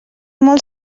molt